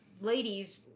ladies